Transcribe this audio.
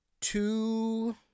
two